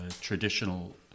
traditional